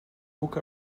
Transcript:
book